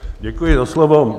Děkuji za slovo.